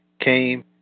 came